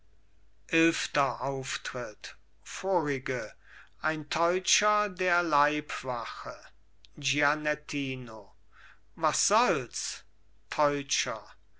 eilfter auftritt vorige ein teutscher der leibwache gianettino was solls teutscher